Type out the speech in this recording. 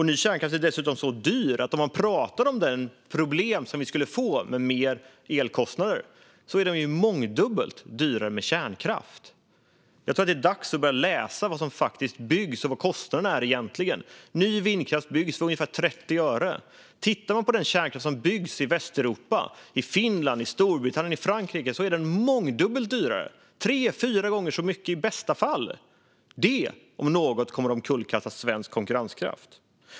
Ny kärnkraft är dessutom så dyr att problemet med högre elkostnader skulle bli mångdubbelt större med kärnkraft. Jag tror att det är dags att börja läsa på om vad som faktiskt byggs och vilka kostnaderna egentligen är. Nya vindkraftverk byggs för ungefär 30 öre. Tittar man på de kärnkraftverk som byggs i Västeuropa - i Finland, i Storbritannien och i Frankrike - ser man att det blir mångdubbelt dyrare, i bästa fall tre till fyra gånger så dyrt. Det om något kommer att omkullkasta svensk konkurrenskraft.